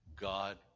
God